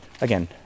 again